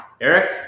eric